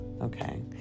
Okay